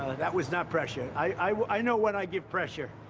that was not pressure. i know when i give pressure.